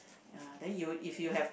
ya then you if you have